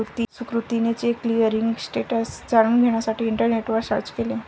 सुकृतीने check clearing status जाणून घेण्यासाठी इंटरनेटवर सर्च केले